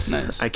Nice